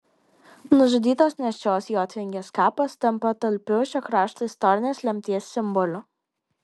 nužudytos nėščios jotvingės kapas tampa talpiu šio krašto istorinės lemties simboliu